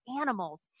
animals